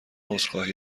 عذرخواهی